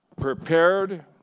prepared